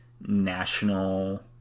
national